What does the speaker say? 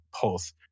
pulse